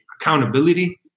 accountability